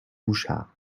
bouchard